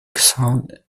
sound